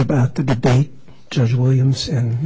about the judge williams and